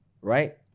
right